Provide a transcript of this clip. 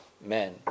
men